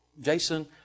Jason